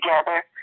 together